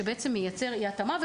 מציאות שמייצרת אי-התאמה.